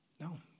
No